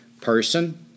person